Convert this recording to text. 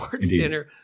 dinner